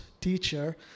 teacher